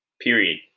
period